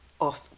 off